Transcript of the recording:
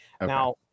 Now